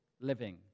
living